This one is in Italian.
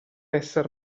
esser